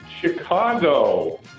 Chicago